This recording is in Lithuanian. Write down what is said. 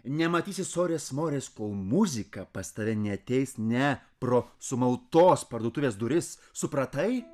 nematysi sorės morės kol muzika pas tave neateis ne pro sumautos parduotuvės duris supratai